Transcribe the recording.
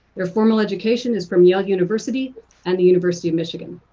her formal education is from yale university and the university of michigan.